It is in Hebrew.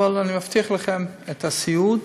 אבל אני מבטיח לכם את הסיעוד.